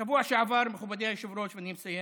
בשבוע שעבר, מכובדי היושב-ראש, ואני מסיים,